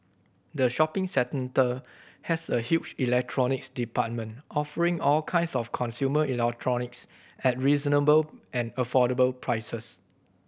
the shopping centre has a huge electronics department offering all kinds of consumer electronics at reasonable and affordable prices